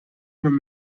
man